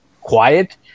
quiet